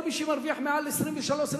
כל מי שמרוויח מעל 24,000-23,000,